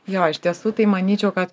jo iš tiesų tai manyčiau kad